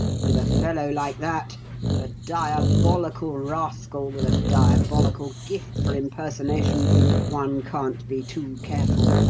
with a fellow like that a diabolical rascal with a diabolical gift for impersonation one can't be too careful.